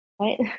right